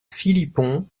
philippon